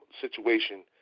situation